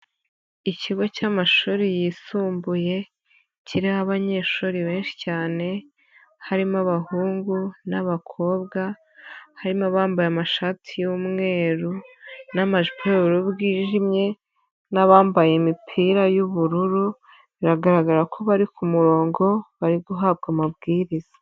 Ikigo cy'amashuri yisumbuye, kiriho abanyeshuri benshi cyane, harimo abahungu n'abakobwa, harimo bambaye amashati y'mweru n'amajipo y'ubururu bwijimye n'abambaye imipira y'ubururu, biragaragara ko bari ku murongo, bari guhabwa amabwiriza.